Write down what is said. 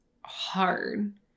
hard